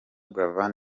buravan